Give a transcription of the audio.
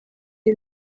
iyo